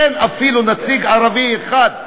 אין אפילו נציג ערבי אחד.